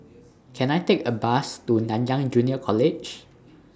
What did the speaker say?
Can I Take A Bus to Nanyang Junior College